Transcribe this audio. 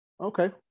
Okay